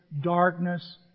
Darkness